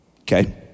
Okay